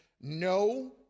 no